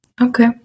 Okay